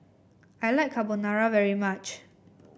I like Carbonara very much